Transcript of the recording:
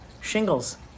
shingles